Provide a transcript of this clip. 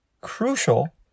crucial